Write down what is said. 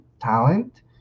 talent